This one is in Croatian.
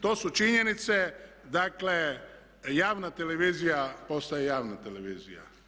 To su činjenice, dakle javna televizija postaje javna televizija.